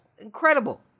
Incredible